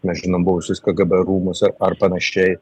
mes žinom buvusius kgb rūmus ar ar panašiai